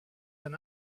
than